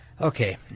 Okay